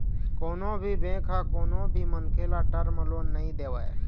कोनो भी बेंक ह कोनो भी मनखे ल टर्म लोन नइ देवय